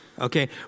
Okay